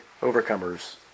overcomers